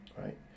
Right